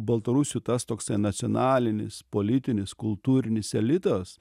baltarusių tas toksai nacionalinis politinis kultūrinis elitas